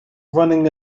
running